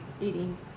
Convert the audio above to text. eating